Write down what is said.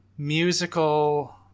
musical